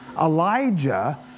Elijah